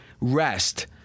rest